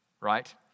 right